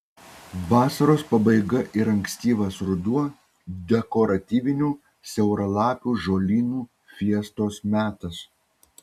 vasaros pabaiga ir ankstyvas ruduo dekoratyvinių siauralapių žolynų fiestos metas